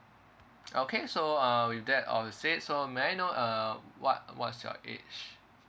okay so uh with that all said so may I know uh what what's your age